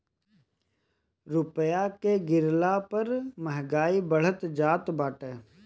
रूपया के गिरला पअ महंगाई बढ़त जात बाटे